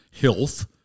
Health